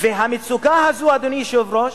המצוקה הזאת, אדוני היושב-ראש,